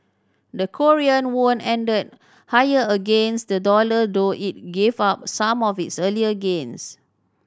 the Korean won ended higher against the dollar though it gave up some of its earlier gains